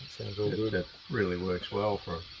sounds all good. it really works well for.